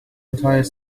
entire